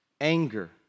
anger